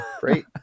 great